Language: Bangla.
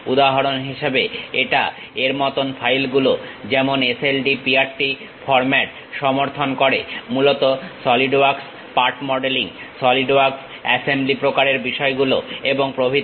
উদাহরণ হিসেবে এটা এর মতন ফাইলগুলো যেমন SLDPRT ফর্মাট সমর্থন করে মূলত SolidWorks part modelling solid work assembly প্রকারের বিষয়গুলো এবং প্রভৃতি